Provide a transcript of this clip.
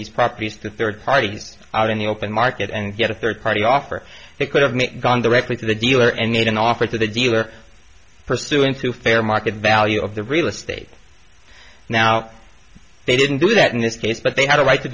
these properties to third parties out in the open market and get a third party offer they could have gone directly to the dealer and made an offer to the dealer pursuant to fair market value of the real estate now they didn't do that in this case but they had a right to